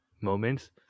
moments